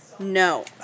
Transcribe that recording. No